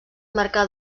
marcà